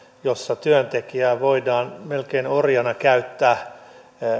jolla työntekijää voidaan melkein orjana käyttää